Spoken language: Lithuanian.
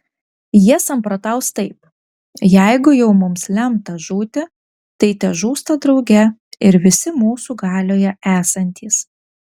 jie samprotaus taip jeigu jau mums lemta žūti tai težūsta drauge ir visi mūsų galioje esantys